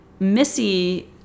missy